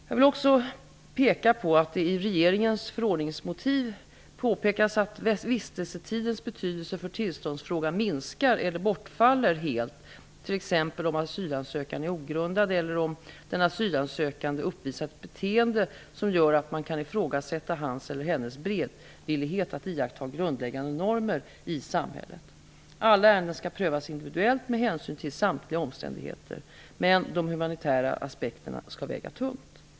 Jag vill också peka på att det i regeringens förordningsmotiv påpekats att vistelsetidens betydelse för tillståndsfrågan minskar eller bortfaller helt, t.ex. om asylansökan är ogrundad eller om den asylsökande uppvisat ett beteende som gör att man kan ifrågasätta hans eller hennes beredvillighet att iaktta grundläggande normer i samhället. Alla ärenden skall prövas individuellt med hänsyn till samtliga omständigheter, men de humanitära aspekterna skall väga tungt.